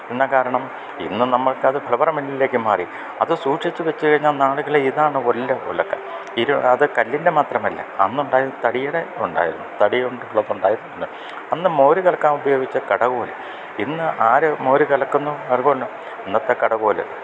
കാരണം ഇന്ന് നമ്മൾക്കത് ഫ്ലവർ മില്ലിലേക്കു മാറി അതു സൂക്ഷിച്ചു വച്ചുകഴിഞ്ഞാൽ നാളെകളില് ഇതാണ് ഉരല് ഉലക്ക അത് കല്ലിൻ്റെ മാത്രമല്ല അന്നുണ്ടായിരുന്നു തടിയുടെ ഉണ്ടായിരുന്നു തടികൊണ്ടുള്ളത് ഉണ്ടായിരുന്നു അന്ന് മോരു കലക്കാൻ ഉപയോഗിച്ച കടകോല് ഇന്ന് ആര് മോരു കലക്കുന്നു അതുപോല അന്നത്തെ കടകോല്